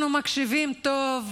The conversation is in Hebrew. אנחנו מקשיבים טוב,